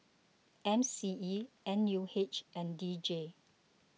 M C E N U H and D J